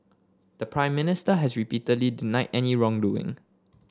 the Prime Minister has repeatedly denied any wrongdoing